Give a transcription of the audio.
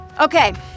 Okay